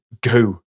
go